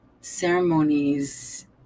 ceremonies